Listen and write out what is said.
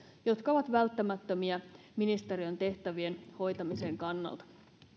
jotka ovat välttämättömiä ministeriön tehtävien hoitamisen kannalta